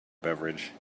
beverage